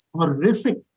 horrific